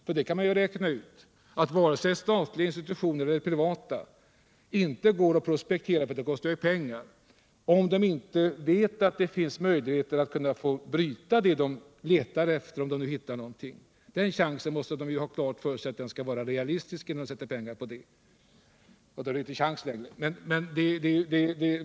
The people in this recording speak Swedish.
Det är lätt att räkna ut att varken statliga institutioner eller privata företag kommer att prospektera - eftersom det kostar pengar — om de inte vet att det finns möjligheter att få bryta fyndigheterna. Innan de satsar pengar vill de ha klart för sig att det finns en realistisk möjlighet till brytning.